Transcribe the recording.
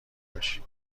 باشی